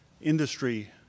industry